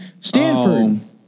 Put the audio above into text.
Stanford